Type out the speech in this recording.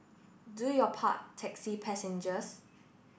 do your part taxi passengers